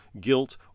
guilt